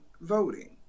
voting